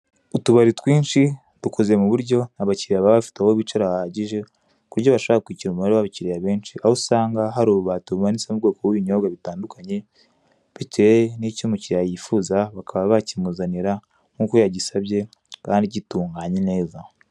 Utubari twinshi dukoze mu buryo abakiriya baba bafite aho bicara hahagije ku buryo bashobora kwakira umubare w'abakiriya benshi, aho usanga hari ububati bumanitsemo ubwoko bw'ibinyobwa bitandukanye, bitewe n'icyo umukiriya yifuza bakaba bakimuzanira nk'uko yagisabye kandi gitunganye neza.